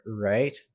right